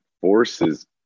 forces